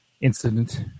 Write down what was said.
incident